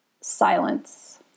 silence